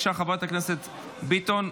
חברת הכנסת ביטון,